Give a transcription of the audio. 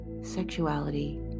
sexuality